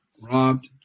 robbed